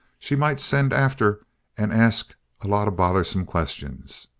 she might send after and ask a lot of bothersome questions.